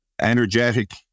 energetic